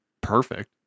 perfect